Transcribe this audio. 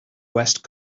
west